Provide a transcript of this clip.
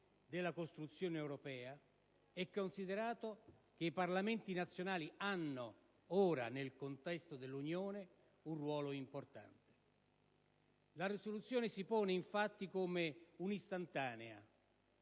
della Costituzione europea e considerato che i Parlamenti nazionali hanno ora, nel contesto dell'Unione, un ruolo importante. La risoluzione si pone infatti come un'istantanea,